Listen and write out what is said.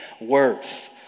worth